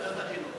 לוועדת החינוך.